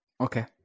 Okay